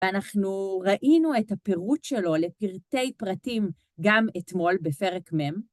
אנחנו ראינו את הפירוט שלו לפרטי פרטים, גם אתמול בפרק מ'.